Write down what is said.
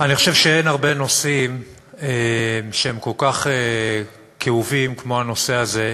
אני חושב שאין הרבה נושאים שהם כל כך כאובים כמו הנושא הזה,